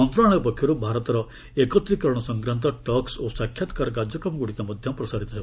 ମନ୍ତ୍ରଣାଳୟ ପକ୍ଷରୁ ଭାରତର ଏକତ୍ରୀକରଣ ସଂକ୍ରାନ୍ତ ଟକ୍ସ ଓ ସାକ୍ଷାତ୍କାର କାର୍ଯ୍ୟକ୍ରମଗ୍ରଡ଼ିକ ମଧ୍ୟ ପ୍ରସାରିତ ହେବ